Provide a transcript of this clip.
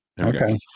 Okay